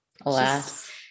Alas